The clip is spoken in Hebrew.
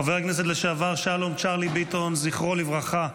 חבר הכנסת לשעבר שלום צ'רלי ביטון, זכרו לברכה,